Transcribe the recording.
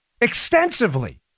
extensively